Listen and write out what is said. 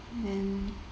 and